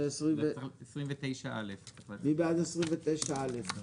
מי בעד סעיף 29(א)?